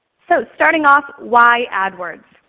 so starting off why adwords?